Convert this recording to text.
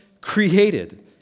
created